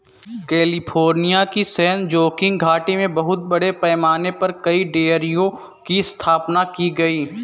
California की San Joaquin घाटी में बहुत बड़े पैमाने पर कई डेयरियों की स्थापना की गई है